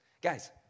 Guys